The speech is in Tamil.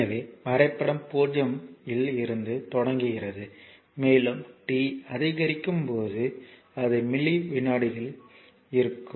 எனவே வரைபடம் 0 இல் இருந்து தொடங்குகிறது மேலும் t அதிகரிக்கும் போது அது மில்லி விநாடிகளில் இருக்கும்